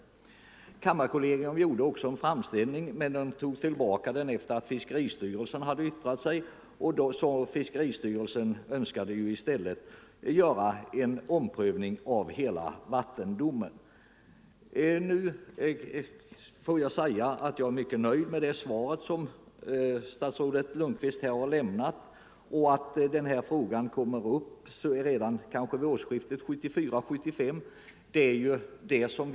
Kammarkollegiet gjorde också en sådan framställning men tog tillbaka den efter det att fiskeristyrelsen hade yttrat sig. Fiskeristyrelsen önskade nämligen i stället få till stånd en omprövning av hela vattendomen. Jag är mycket nöjd med statsrådet Lundkvists besked att denna fråga kommer att tas upp kanske redan vid årsskiftet 1974-1975.